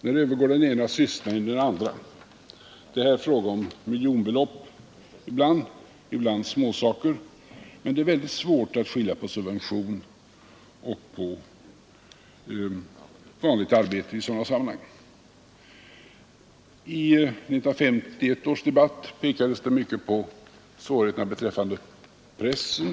När övergår den ena sysslan i den andra? Det är här ibland fråga om miljonbelopp, ibland om små summor, men det är mycket svårt att skilja på subvention och vanligt arbete i sådana här sammanhang. I 1951 års debatt pekades det mycket på svårigheterna beträffande pressen.